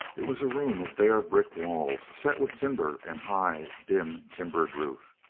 it was a room of bare brick walls set with timber and high, dim, timbered roof.